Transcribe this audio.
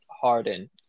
Harden